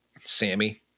Sammy